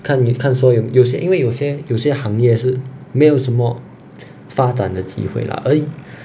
看你看那些有些因为有些有些行业是没有什么发展的机会啦还有